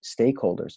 stakeholders